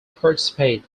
participate